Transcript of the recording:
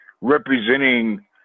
representing